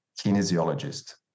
kinesiologist